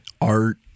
Art